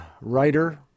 writer